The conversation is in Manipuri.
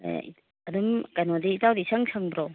ꯑꯥ ꯑꯗꯨꯝ ꯀꯩꯅꯣꯗꯤ ꯏꯇꯥꯎꯗꯤ ꯏꯁꯪ ꯁꯪꯗ꯭ꯔꯣ